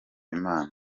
imana